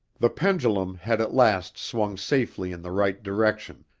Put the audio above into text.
the pendulum had at last swung safely in the right direction,